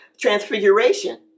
Transfiguration